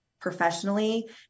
Professionally